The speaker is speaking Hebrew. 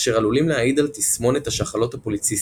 אשר עלולים להעיד על תסמונת השחלות הפוליציסטיות,